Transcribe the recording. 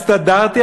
הסתדרתי,